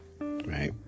right